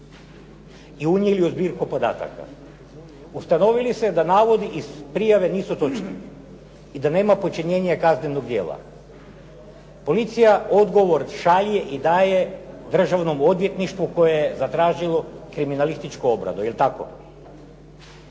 i unijeli u zbirku podataka, ustanovi li se da navodi iz prijave nisu točni i da nema počinjenja kaznenog djela, policija odgovor šalje i daje Državnom odvjetništvu koje je zatražilo kriminalističku obradu, je li tako?